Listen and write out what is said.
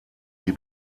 die